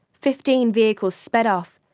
fifteen vehicles sped off,